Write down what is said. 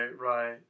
right